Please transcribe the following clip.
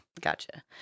Gotcha